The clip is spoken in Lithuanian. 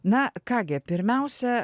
na ką gi pirmiausia